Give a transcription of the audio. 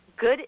Good